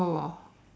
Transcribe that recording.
oh